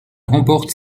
remporte